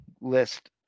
list